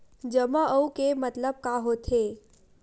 जमा आऊ के मतलब का होथे?